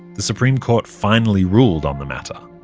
the supreme court finally ruled on the matter.